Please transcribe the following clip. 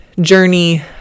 journey